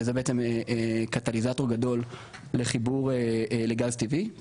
וזה בעצם קטליזטור גדול לחיבור לגז טבעי,